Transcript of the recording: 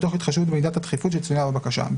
ומתוך התחשבות במידת הדחיפות שצוינה בבקשת המידע.